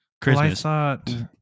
Christmas